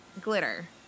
glitter